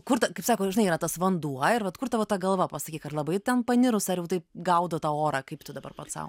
kur kaip sako žinai yra tas vanduo ir vat kur tavo ta galva pasakyk ar labai tam panirus ar jau taip gaudo tą orą kaip tu dabar pats sau